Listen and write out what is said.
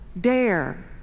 dare